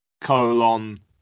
colon